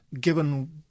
given